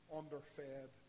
underfed